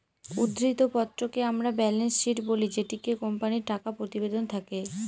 উদ্ধৃত্ত পত্রকে আমরা ব্যালেন্স শীট বলি যেটিতে কোম্পানির টাকা প্রতিবেদন থাকে